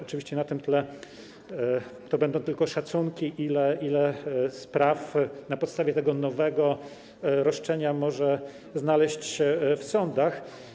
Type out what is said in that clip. Oczywiście na tym tle to będą tylko szacunki, ile spraw na podstawie tego nowego roszczenia może znaleźć się w sądach.